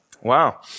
Wow